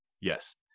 yes